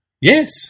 Yes